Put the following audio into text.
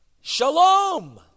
Shalom